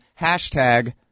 Hashtag